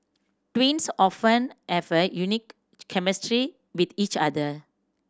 twins often have a unique chemistry with each other